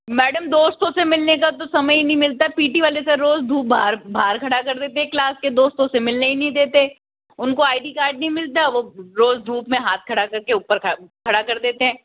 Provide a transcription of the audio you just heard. madam दोस्तों से मिलने का तो समय ही नहीं मिलता पी टी वाले सर रोज़ धूप बाहर बाहर खड़ा कर देते है क्लास के दोस्तों से मिलने ही नहीं देते उनको आई डी कार्ड नहीं मिलता वो रोज धूप में हाथ खड़ा कर के ऊपर खड़ा कर देते है